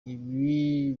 ibi